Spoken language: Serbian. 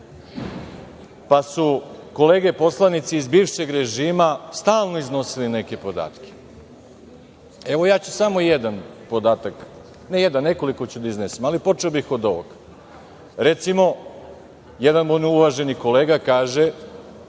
Pa su kolege poslanici iz bivšeg režima stalno iznosili neke podatke. Evo, ja ću samo nekoliko podataka da iznesem, ali počeo bih od ovoga. Recimo, jedan moj uvaženi kolega kaže